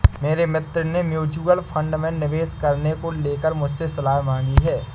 मेरे मित्र ने म्यूच्यूअल फंड में निवेश करने को लेकर मुझसे सलाह मांगी है